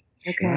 Okay